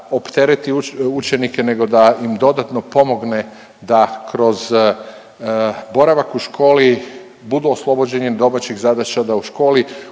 optereti učenike nego da im dodatno pomogne da kroz boravak u školi budu oslobođeni domaćih zadaća, da u školi